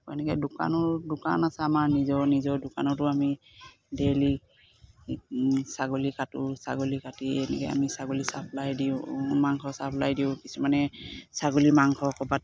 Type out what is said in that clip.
এনেকৈ দোকানৰ দোকান আছে আমাৰ নিজৰ নিজৰ দোকানতো আমি ডেইলী ছাগলী কটো ছাগলী কাটি এনেকৈ আমি ছাগলী চাপ্লাই দিওঁ মাংস চাপ্লাই দিওঁ কিছুমানে ছাগলী মাংস ক'ৰবাত